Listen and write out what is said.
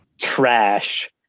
trash